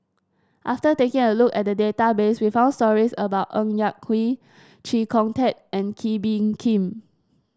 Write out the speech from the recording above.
after taking a look at the database we found stories about Ng Yak Whee Chee Kong Tet and Kee Bee Khim